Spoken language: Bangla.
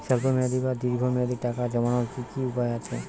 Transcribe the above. স্বল্প মেয়াদি বা দীর্ঘ মেয়াদি টাকা জমানোর কি কি উপায় আছে?